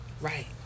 right